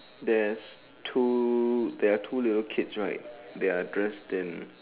there's two there two little kids right they are dressed in